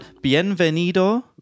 bienvenido